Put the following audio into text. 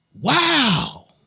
Wow